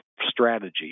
strategy